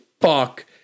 fuck